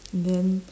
then